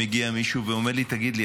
מגיע מישהו ואומר לי: תגיד לי,